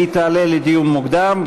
היא תעלה לדיון מוקדם,